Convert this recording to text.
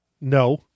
No